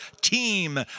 team